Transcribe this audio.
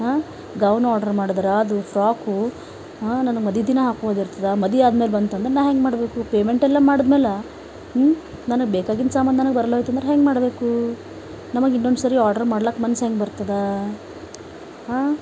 gown order ಮಾಡಿದ್ರ ಅದು frock ನನ್ನ ಮದಿ ದಿನ ಹಾಕೊಳೋದು ಇರ್ತದ ಮದಿ ಆದ ಮ್ಯಾಲ ಬಂತು ಅಂದರ ನಾ ಹ್ಯಾಂಗ ಮಾಡಬೇಕು ಪೇಮೆಂಟ್ ಎಲ್ಲ ಮಾಡಿದ್ ಮ್ಯಾಲ ನನಗ ಬೇಕಾಗಿಂದು ಸಾಮಾನ್ ನನಗ ಬರಲೋಯ್ತು ಅಂದರ ಹೆಂಗೆ ಮಾಡಬೇಕು ನಮಗ ಇನ್ನೊಂದು ಸರಿ ಆರ್ಡರ್ ಮಾಡ್ಲಾಕ ಮನಸ್ ಹೆಂಗ ಬರ್ತದಾ